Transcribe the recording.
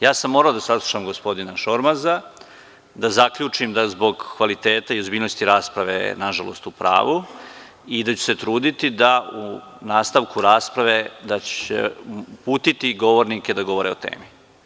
Ja sam morao da saslušam gospodina Šormaza, da zaključim zbog kvaliteta i ozbiljnosti rasprave je, nažalost, u pravu i da ću se truditi da u nastavku rasprave da ću uputiti govornike da govore o temi.